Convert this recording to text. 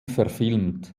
verfilmt